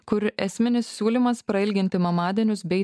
kur esminis siūlymas prailginti mamadienius bei